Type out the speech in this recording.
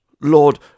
Lord